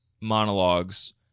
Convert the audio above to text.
monologues